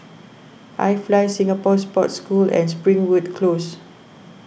iFly Singapore Sports School and Springwood Close